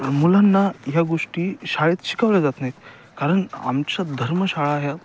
मुलांना ह्या गोष्टी शाळेत शिकवल्या जात नाहीत कारण आमच्या धर्मशाळा ह्या